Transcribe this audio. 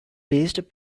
based